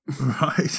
right